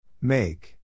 Make